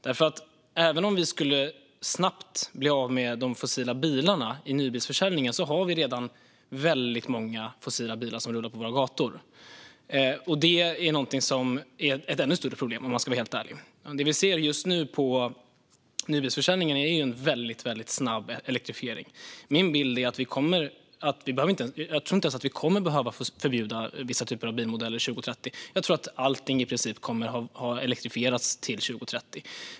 Även om vi snabbt skulle bli av med de fossila bilarna i nybilsförsäljningen har vi redan väldigt många fossila bilar som rullar på våra gator. Det är ett ännu större problem, om man ska vara helt ärlig. Det vi ser just nu inom nybilsförsäljningen är en väldigt snabb elektrifiering. Min bild är att jag tror att vi inte ens kommer att behöva förbjuda vissa typer av bilmodeller 2030. Jag tror att allting i princip kommer att ha elektrifierats till 2030.